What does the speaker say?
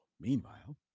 Meanwhile